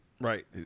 Right